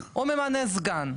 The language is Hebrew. הוא ממנה סגן?